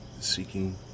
Seeking